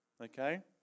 okay